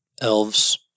Elves